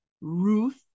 Ruth